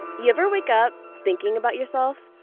you ever wake up thinking about yourself?